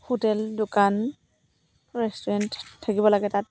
hotel দোকান restaurant থাকিব লাগে তাত